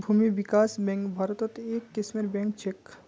भूमि विकास बैंक भारत्त एक किस्मेर बैंक छेक